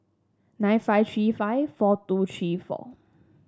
nine five three five four two three four